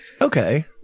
Okay